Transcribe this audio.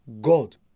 God